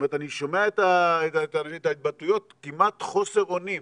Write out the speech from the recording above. אני שומע את ההתבטאויות, כמעט חוסר אונים.